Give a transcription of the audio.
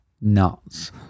nuts